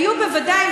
היו בוודאי,